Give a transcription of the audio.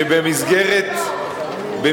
התעוררת, אני רואה, אדוני השר, בוקר טוב.